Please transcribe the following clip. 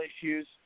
issues